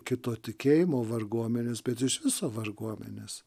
kito tikėjimo varguomenės bet iš viso varguomenės